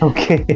Okay